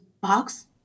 box